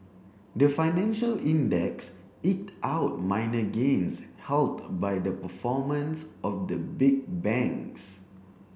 the financial index eked out minor gains helped by the performance of the big banks